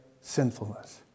sinfulness